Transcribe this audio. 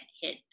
hit